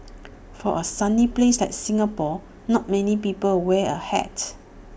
for A sunny place like Singapore not many people wear A hat